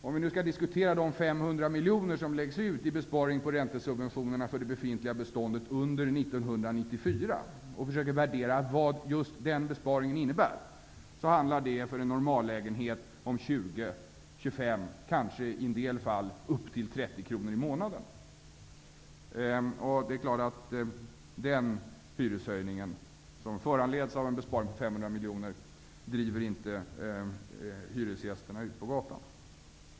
Om vi skall diskutera de 500 miljoner i besparing i räntesubventionerna för det befintliga beståndet under 1994 och försöka värdera vad just den besparingen innebär, handlar det för en normallägenhet om 20--25 kr, kanske i en del fall upp till 30 kr i månaden. Den hyreshöjning som föranleds av en besparing på 500 miljoner driver inte ut hyresgästerna på gatan.